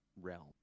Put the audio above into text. realm